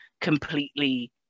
completely